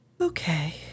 Okay